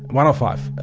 one of five,